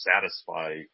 satisfy